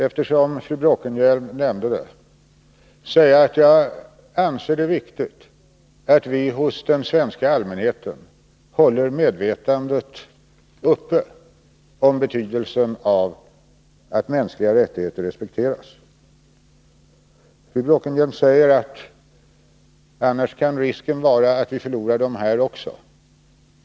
Eftersom fru Bråkenhielm nämnde det vill jag säga att jag anser det viktigt att vi hos den svenska allmänheten håller medvetandet uppe om betydelsen av att mänskliga rättigheter respekteras. Fru Bråkenhielm sade att ”annars kan det vara risk för att vi förlorar dem här också”.